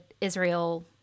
Israel